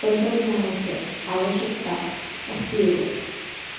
तन्त्रज्ञानस्य आवश्यकता अस्ति एव